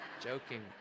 Joking